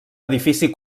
edifici